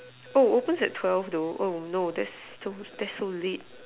oh opens at twelve though oh no that's so late